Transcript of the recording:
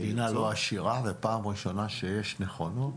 מדינה לא עשירה ופעם ראשונה שיש נכונות.